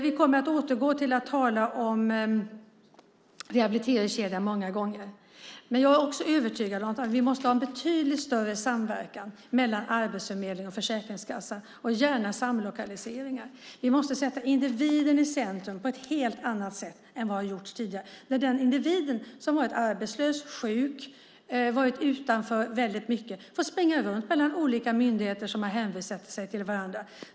Vi kommer att återgå till att tala om rehabiliteringskedjan många gånger, men jag är också övertygad om att vi måste ha en betydligt större samverkan mellan arbetsförmedling och försäkringskassa, och gärna samlokaliseringar. Vi måste sätta individen i centrum på ett helt annat sätt än vad som gjorts tidigare. Den individ som har varit arbetslös och sjuk, som varit utanför väldigt mycket, får springa runt mellan olika myndigheter som har hänvisat till varandra.